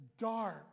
dark